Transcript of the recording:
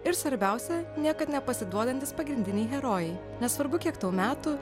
ir svarbiausia niekad nepasiduodantys pagrindiniai herojai nesvarbu kiek tau metų